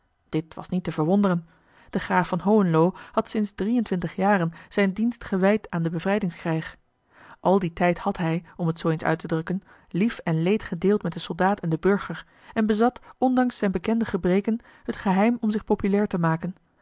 dit was niet te verwonderen de graaf van hohenlo had sinds drie en twintg jaren zijn dienst gewijd aan den bevrijdingskrijg al dien tijd had hij om het zoo eens uit te drukken lief en leed gedeeld met den soldaat en den burger en bezat ondanks zijne bekende gebreken het geheim om zich populair te maken